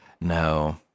No